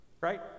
Right